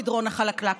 המדרון החלקלק הזה,